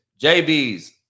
JB's